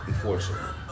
Unfortunately